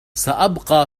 سأبقى